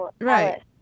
Right